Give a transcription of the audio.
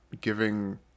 giving